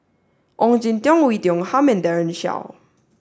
Ong Jin Teong Oei Tiong Ham and Daren Shiau